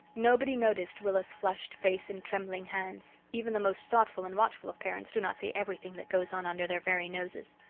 nobody noticed rilla's flushed face and trembling hands. even the most thoughtful and watchful of parents do not see everything that goes on under their very noses.